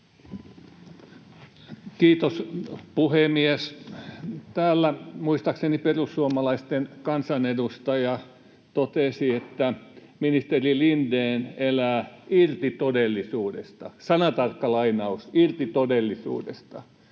Kiitos, puhemies! Täällä muistaakseni perussuomalaisten kansanedustaja totesi, että ministeri Lindén elää irti todellisuudesta, sanatarkka lainaus, "irti todellisuudesta”.